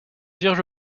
vierge